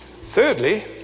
thirdly